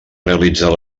realitzar